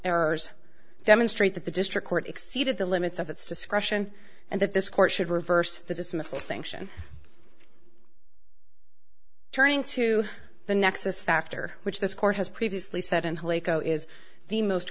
errors demonstrate that the district court exceeded the limits of its discretion and that this court should reverse the dismissal sanction turning to the nexus factor which this court has previously said until a co is the most